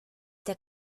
der